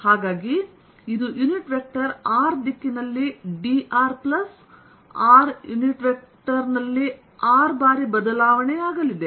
ಆದ್ದರಿಂದ ಇದು unit vector r ದಿಕ್ಕಿನಲ್ಲಿ dr ಪ್ಲಸ್ r ನಲ್ಲಿ r ಬಾರಿ ಬದಲಾವಣೆಯಾಗಲಿದೆ